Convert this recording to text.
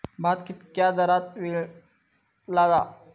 भात कित्क्या दरात विकला जा?